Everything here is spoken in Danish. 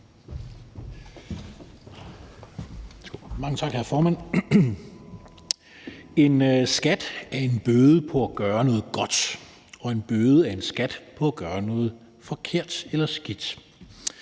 Mange tak, hr. formand. En skat er en bøde på at gøre noget godt, og en bøde er en skat på at gøre noget forkert eller skidt.